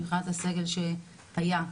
מבחינת הסגל שהיה,